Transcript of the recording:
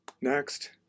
Next